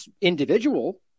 individual